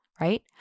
right